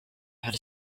had